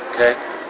Okay